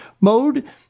mode